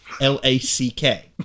L-A-C-K